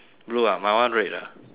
blue ah my one red ah